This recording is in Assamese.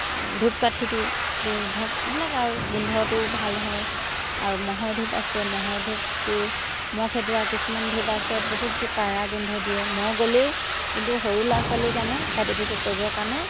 ধূপকাঠিটো তো ধৰক এইবিলাক আৰু গোন্ধটো ভাল হয় আৰু মহৰ ধূপ আছে মহৰ ধূপটো মহ খেদোৱাৰ কিছুমান ধূপ আছে বহুতো কাৰা গোন্ধ দিয়ে মহ গ'লেও কিন্তু সৰু ল'ৰা ছোৱালীৰ কাৰণে চাইড ইফেক্ট কৰিবৰ কাৰণে